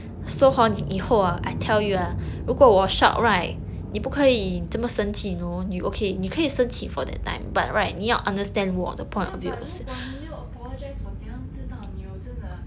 ya but 如果你没有 apologize 我怎样知道你有真的